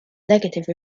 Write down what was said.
negative